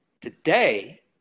Today